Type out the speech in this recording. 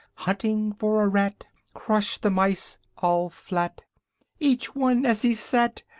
hunting for a rat, crushed the mice all flat each one as he sat.